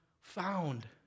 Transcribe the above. found